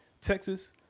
Texas